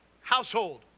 household